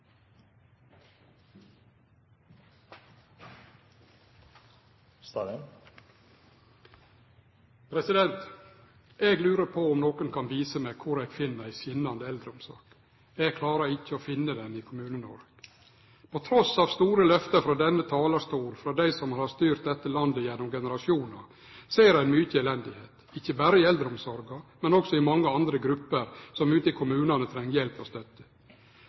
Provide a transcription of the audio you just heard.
Eg lurar på om nokon kan vise meg kor eg finn ei skinande eldreomsorg. Eg klarar ikkje å finne ho i Kommune-Noreg. Trass i store løfte frå denne talarstol, frå dei som har styrt dette landet gjennom generasjonar, ser ein mykje elende, ikkje berre i eldreomsorga, men også i mange andre grupper som ute i kommunane treng hjelp og støtte.